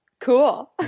cool